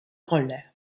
rolle